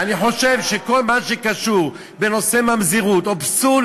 אני חושב שכל מה שקשור בנושא ממזרות או פסול